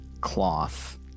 cloth